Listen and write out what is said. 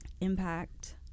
impact